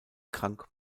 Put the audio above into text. krank